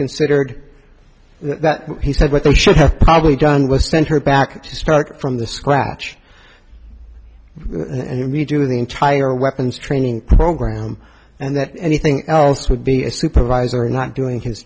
considered that he said what they should have probably done was sent her back to start from the scratch and we do the entire weapons training program and that anything else would be a supervisor not doing his